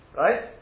right